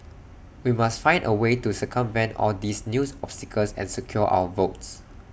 we must find A way to circumvent all these new obstacles and secure our votes